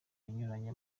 inyuranye